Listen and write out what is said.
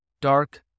dark